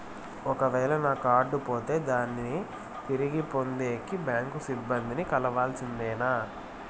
ఒక వేల నా కార్డు పోతే దాన్ని తిరిగి పొందేకి, బ్యాంకు సిబ్బంది ని కలవాల్సిందేనా?